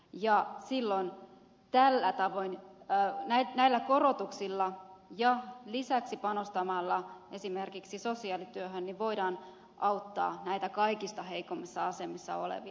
ja silloin tällä tavoin ei näillä korotuksilla ja lisäksi panostamalla esimerkiksi sosiaalityöhön voidaan auttaa näitä kaikista heikoimmassa asemassa olevia